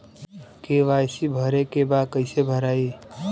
KYC भरे के बा कइसे भराई?